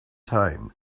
time